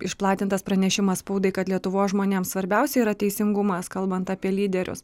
išplatintas pranešimas spaudai kad lietuvos žmonėms svarbiausia yra teisingumas kalbant apie lyderius